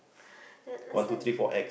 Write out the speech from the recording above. that last time